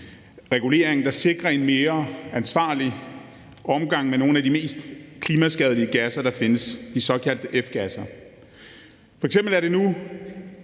regulering, der sikrer en mere ansvarlig omgang med nogle af de mest klimaskadelige gasser, der findes. F.eks. er det nu